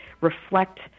reflect